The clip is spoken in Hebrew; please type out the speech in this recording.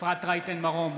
אפרת רייטן מרום,